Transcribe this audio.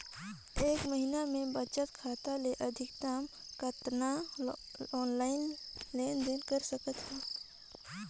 एक महीना मे बचत खाता ले अधिकतम कतना ऑनलाइन लेन देन कर सकत हव?